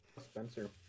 Spencer